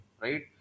right